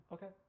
Okay